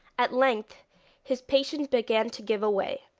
at length his patience began to give way,